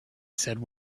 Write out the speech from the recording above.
said